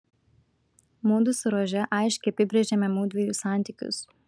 mudu su rože aiškiai apibrėžėme mudviejų santykius